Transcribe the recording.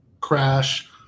crash